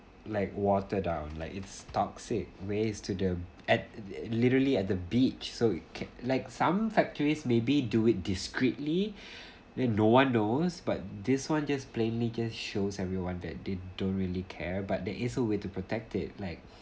like water down like it's toxic waste to the at literally at the beach so it can like some factories may be do it discreetly that no one knows but this one just plainly just shows everyone that they don't really care but there is a way to protect it like